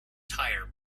tire